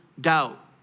doubt